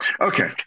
Okay